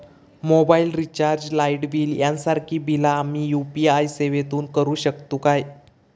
Mobile recharge, light bill यांसारखी बिला आम्ही यू.पी.आय सेवेतून करू शकतू काय?